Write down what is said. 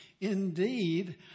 Indeed